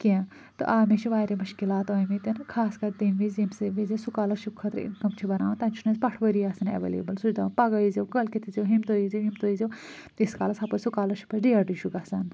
کیٚنٛہہ تہِ آ مےٚ چھِ واریاہ مشکلات ٲمِتۍ خاص کر تَمہِ وِزۍ ییٚمہِ سۭتۍ وِزۍ اسہِ سُکالرشِپ خٲطرٕ اِنکم چھِ بناوان تَتہِ چھُنہٕ اسہِ پٹھوٲری آسان ایٚولیبٕل سُہ چھُ دپان پگاہ یِیٖزیٛو کٲلکیٚتھ یِیٖزیٛو ہوٚمہِ دۄہ ییٚمہِ دۄہ یِیٖزیٛو تیٖتِس کالس ہوٚپٲرۍ سُکالرشِپس ڈیٹٕے چھُ گَژھان